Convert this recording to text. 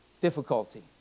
difficulty